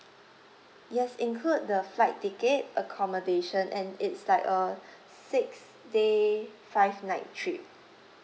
yes include the flight ticket accommodation and it's like uh six day five night trip